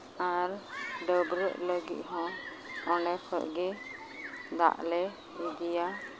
ᱟᱨ ᱰᱟᱹᱵᱨᱟᱹᱜ ᱞᱟᱹᱜᱤᱫ ᱦᱚᱸ ᱚᱸᱰᱮ ᱠᱷᱚᱡ ᱜᱮ ᱫᱟᱜ ᱞᱮ ᱤᱫᱤᱭᱟ